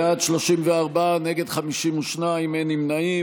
בעד, 34, נגד, 52, אין נמנעים.